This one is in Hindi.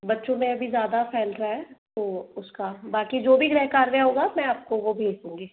बच्चों में अभी ज़्यादा फैल रहा है तो उसका बाकी जो भी गृह कार्य होगा मैं आपको वो भेज दूँगी